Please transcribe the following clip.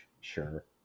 sure